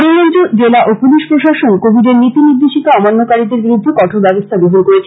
করিমগঞ্জ জেলা ও পুলিশ প্রশাসন কোভিডের নীতি নির্দেশিকা অমান্যকারীদের বিরুদ্ধে কঠোর ব্যাবস্থা গ্রহণ করেছে